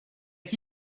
qui